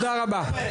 תודה רבה.